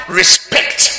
respect